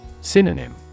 Synonym